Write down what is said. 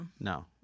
No